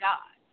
God